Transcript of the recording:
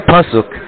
Pasuk